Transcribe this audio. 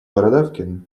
бородавкин